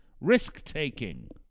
risk-taking